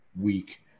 week